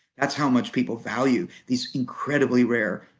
that's how much people value these incredibly rare,